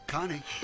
Connie